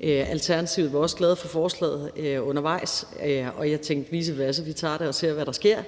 Alternativet var også glade for forslaget undervejs – og jeg tænkte: Vissevasse, vi tager det og ser, hvad der sker.